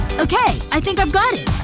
okay. i think i've got it